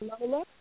Lola